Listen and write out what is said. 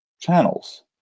channels